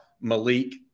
Malik